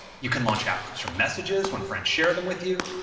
you can launch app clips from messages when friends share them with you.